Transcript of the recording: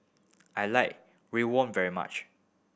I like riwon very much